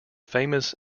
famous